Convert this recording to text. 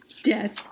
Death